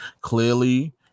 clearly